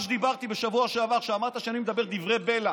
מה שדיברתי בשבוע שעבר, שאמרת שאני מדבר דברי בלע.